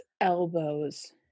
elbows